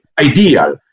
ideal